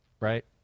Right